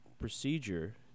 procedure